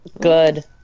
Good